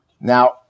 Now